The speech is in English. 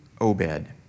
Obed